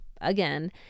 again